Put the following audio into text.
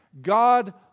God